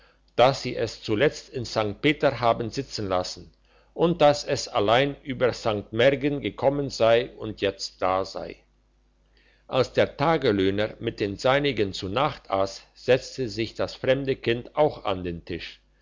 dass sie es zuletzt in st peter haben sitzen lassen und dass es allein über st märgen gekommen sei und jetzt da sei als der taglöhner mit den seinigen zu nacht ass setzte sich das fremde kind auch an den tisch